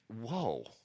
whoa